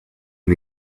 and